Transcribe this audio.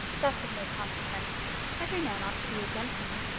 that's of no consequence every man ought to be a gentleman,